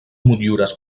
motllures